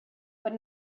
but